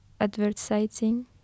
advertising